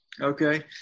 okay